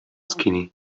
skinny